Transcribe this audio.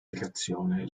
trazione